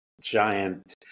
giant